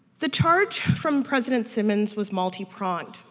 the charge from president simmons was multi-pronged.